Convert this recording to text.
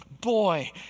boy